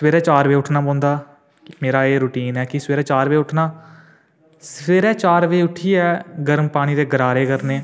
सवेरे चार बजे उट्ठना पौंदा मेरी एह् रुटीन ऐ कि सवेरे चार बजे उट्ठना सवेरे चार बजे उट्ठियै गर्म पानी दे गरारे करने